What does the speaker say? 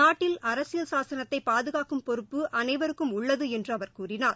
நாட்டின் அரசியல் சாசனத்தைபாதுகாக்கும் பொறுப்பு அனைவருக்கும் உள்ளதுஎன்றுஅவர் கூறினார்